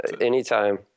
Anytime